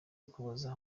ukuboza